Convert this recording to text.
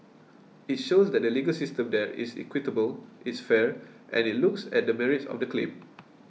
it shows that the legal system there is equitable it's fair and it looks at the merits of the claim